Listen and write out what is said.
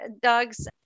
Dogs